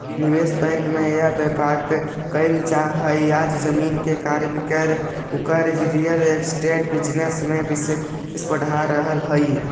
निवेश बैंक में या व्यापार में कईल जा हई आज जमीन के क्रय विक्रय औउर रियल एस्टेट बिजनेस में निवेश बढ़ रहल हई